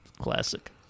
Classic